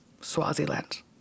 Swaziland